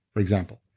for example,